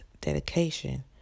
dedication